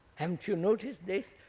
haven't you noticed this?